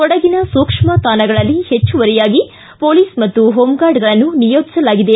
ಕೊಡಗಿನ ಸೂಕ್ಷ್ಮ ತಾಣಗಳಲ್ಲಿ ಹೆಚ್ಚುವರಿಯಾಗಿ ಪೊಲೀಸ್ ಮತ್ತು ಹೋಂಗಾರ್ಡ್ಗಳನ್ನು ನಿಯೋಜಿಸಲಾಗಿದೆ